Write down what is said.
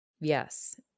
Yes